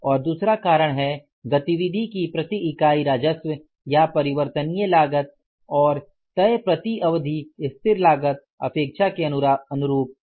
और दूसरा कारण है गतिविधि की प्रति इकाई राजस्व या परिवर्तनीय लागत और तय प्रति अवधि स्थिर लागत अपेक्षा के अनुरूप नहीं थी